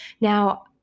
Now